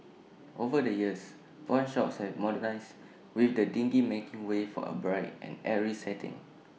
over the years pawnshops have modernised with the dingy making way for A bright and airy setting